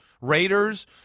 Raiders